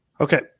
Okay